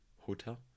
Hotel